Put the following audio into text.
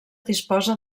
disposa